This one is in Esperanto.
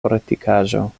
fortikaĵo